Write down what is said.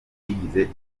yigeze